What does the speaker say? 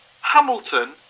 Hamilton